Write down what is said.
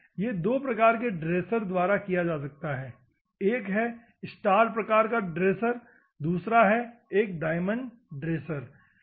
यह दो प्रकार के ड्रेसर द्वारा किया जा सकता है एक है स्टार प्रकार का ड्रेसर है दूसरा एक डायमंड ड्रेसर है